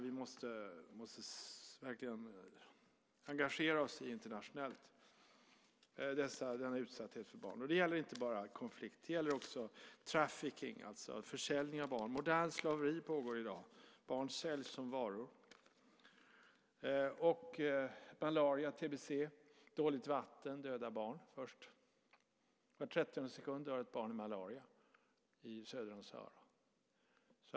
Vi måste verkligen engagera oss internationellt i den utsatthet som drabbar barnen. Det gäller inte enbart konflikter utan också trafficking, alltså försäljning av barn. Det pågår ett modernt slaveri i dag. Barn säljs som varor. När det gäller malaria, tbc och dåligt vatten är det barnen som dör först. Var 30:e sekund dör ett barn söder om Sahara i malaria.